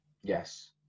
Yes